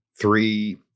three